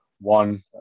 one